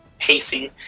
pacing